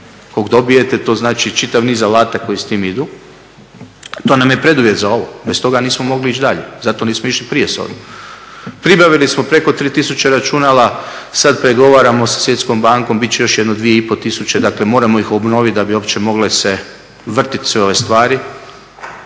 kog dobijete, to znači čitav niz alata koji s tim idu, to nam je preduvjet za ovo, bez toga nismo mogli ići dalje, zato nismo išli prije s ovim. Pribavili smo preko 3 tisuće računala, sad pregovaramo sa svjetskom bankom, bit će još jedno 2,5 tisuće, dakle moramo ih obnoviti da bi opće mogle se vrtit sve ove stvari.